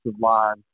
line